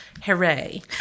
hooray